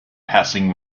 passing